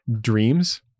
dreams